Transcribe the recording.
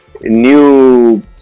new